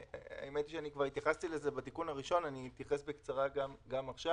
האמת היא שהתייחסתי לזה כבר בתיקון הראשון ואתייחס בקצרה גם עכשיו.